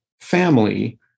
family